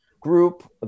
group